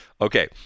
Okay